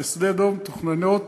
בשדה דב מתוכננות